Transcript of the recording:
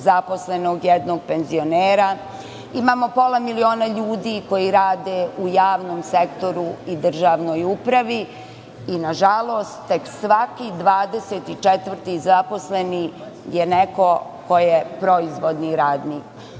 zaposlenog imamo jednog penzionera, imamo pola miliona ljudi koji rade u javnom sektoru i državnoj upravi i nažalost tek svaki 24-ti zaposleni je neko ko je proizvodni radnik. Ne